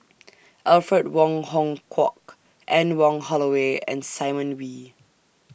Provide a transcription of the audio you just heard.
Alfred Wong Hong Kwok Anne Wong Holloway and Simon Wee